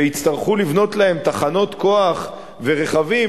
ויצטרכו לבנות להם תחנות כוח ורכבים,